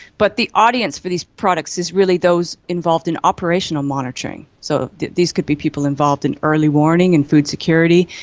but the audience for these products is really those involved in operational monitoring, so these could be people involved in early warning in food security.